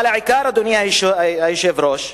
אבל, אדוני היושב-ראש,